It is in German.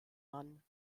mann